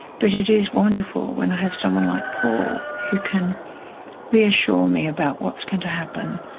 but it is wonderful when i have someone like paul who can reassure me about what's going to happen,